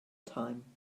time